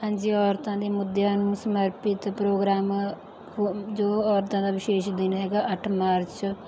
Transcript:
ਹਾਂਜੀ ਔਰਤਾਂ ਦੇ ਮੁੱਦਿਆਂ ਨੂੰ ਸਮਰਪਿਤ ਪ੍ਰੋਗਰਾਮ ਜੋ ਔਰਤਾਂ ਦਾ ਵਿਸ਼ੇਸ਼ ਦਿਨ ਹੈਗਾ ਅੱਠ ਮਾਰਚ